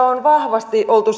on oltu